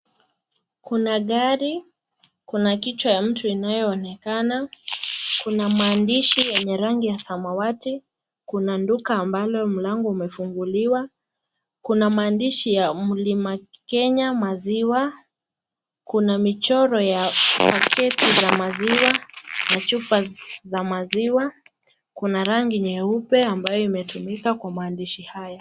Kuna gari, kuna kichwa ya mtu inayoonekana, kuna maandishi ya rangi ya samawati, kuna duka ambalo mlango umefunguliwa, kuna maandishi ya mlima Kenya maziwa, kuna michoro ya paketi za maziwa na chupa za maziwa. Kuna rangi nyeupe ambayo imetumika kwa maandishi haya.